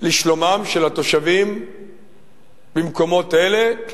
לשלומם של התושבים במקומות האלה,